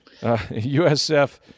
USF